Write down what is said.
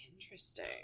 Interesting